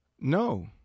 No